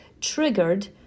triggered